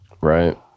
Right